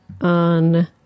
on